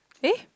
eh